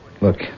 Look